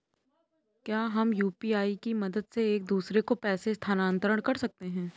क्या हम यू.पी.आई की मदद से एक दूसरे को पैसे स्थानांतरण कर सकते हैं?